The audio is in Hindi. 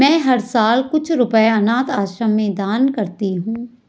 मैं हर साल कुछ रुपए अनाथ आश्रम में दान करती हूँ